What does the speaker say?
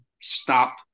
stop